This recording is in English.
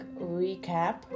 recap